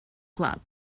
club